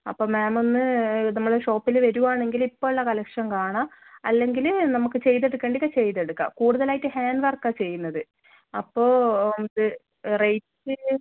അപ്പം മാം ഒന്ന് നമ്മുടെ ഷോപ്പിൽ വരുവാണെങ്കിൽ ഇപ്പോൾ ഉള്ള കളക്ഷൻ കാണാം അല്ലെങ്കിൽ നമുക്ക് ചെയ്തെടുക്കേണ്ടത് ചെയ്തെടുക്കാം കൂടുതലായിട്ട് ഹാൻഡ് വർക്ക് ആണ് ചെയ്യുന്നത് അപ്പോൾ ഇത് റേറ്റ്